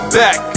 back